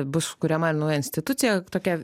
bus kuriama ir nauja institucija tokia